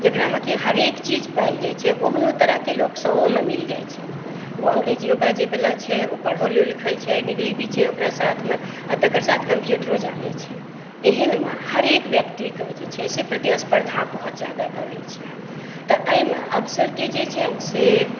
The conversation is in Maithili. जेकरामे जेकी हरेक चीज पाओल जाइ छै ओहनो तरहक लोक सए मे मिलि जाइत छै ओ अंग्रेजियो बाजेवला छै ओ पढ़लो लिखल छै डिग्री भी छै ओकरा साथमे आ तेकर साथ कम्प्यूटरो जाने छै एहनमे हरेक व्यक्तिके जे छै से प्रतिस्पर्धा बहुत जादा भऽ गेल छै तऽ एहिमे अवसरक जे छै से